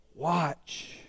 watch